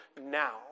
now